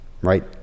right